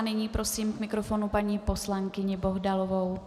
Nyní prosím k mikrofonu paní poslankyni Bohdalovou.